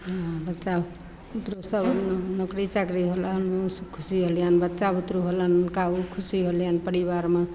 बच्चा बुतरूक सभ नौकरी चाकरी होलनि खुशी होलियैन बच्चा बुतरूक होलनि हुनका ओइमे खुशी होलियनि परिवारमे